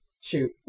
shoot